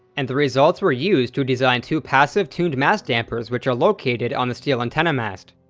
and the results were used to design two passive tuned mass dampers which are located on the steel antenna mast.